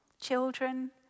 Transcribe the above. children